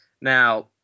now